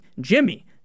Jimmy